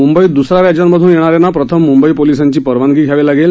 मंबईत दुसऱ्या राज्यातून येणाऱ्यांना प्रथम मंबई पोलिसांची परवानगी घ्यावी लागेल